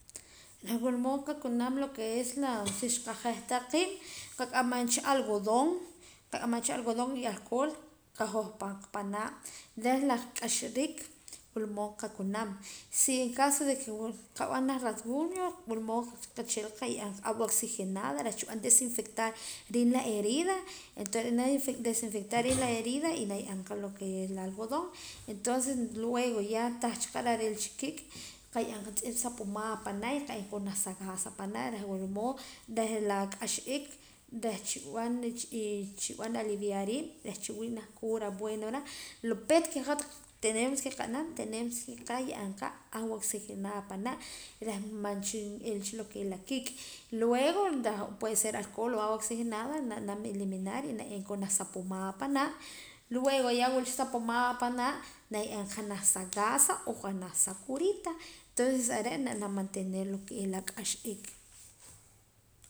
Reh wula mood qaqunaam lo que es la sí xqajehqa qiib' qak'aman cha algodón y alcohol qahojpan qa panaa la q'axariik wula mood qaqunaam si en caso de que qab'an janaj rasguño wula mood qachila y qaye'eem qa agua oxigenada reh chi b'an desinfectar riib' la herida y na y'eem qa lo que es la algodón luego después tah cha narila cha kiik' qa ye'eem qa juntz'ip sa pomada panaa o janaj sa gasa panaa reh wula mood je' la q'ax iik reh chi b'an aliviar riib' reh chi wii' junaj cura buena reh lo peet que hat tenmos que qanaam re' qa ye'eem qa agua oxigenada panaa reh ma cha ilcha lo que es la kiik' luego puede ser alcohol o agua oxigenada na naam eliminar y luego na ye'eem koon janaj sa pomada panaa luego ya wula cha sa pomada panaa naye'eem janaj sa gasa o janaj sa curita entonces are' rinaam mantener lo que es la k'ax iilk.